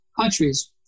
countries